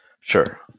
Sure